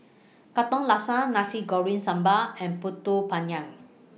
Katong Laksa Nasi Goreng Sambal and Pulut Panggang